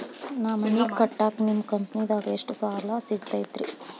ನಾ ಮನಿ ಕಟ್ಟಾಕ ನಿಮ್ಮ ಕಂಪನಿದಾಗ ಎಷ್ಟ ಸಾಲ ಸಿಗತೈತ್ರಿ?